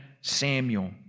Samuel